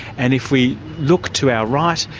and if we look to our right,